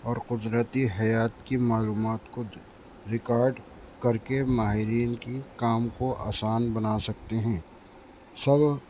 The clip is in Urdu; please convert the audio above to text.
اور قدرتی حیات کی معلومات کو ریکارڈ کر کے ماہرین کی کام کو آسان بنا سکتے ہیں سب